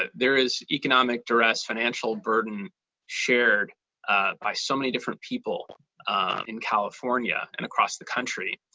there is economic duress, financial burden shared by so many different people in california and across the country.